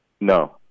No